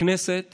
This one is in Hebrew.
הכנסת